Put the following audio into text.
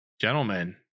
gentlemen